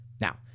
Now